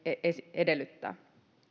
edellyttää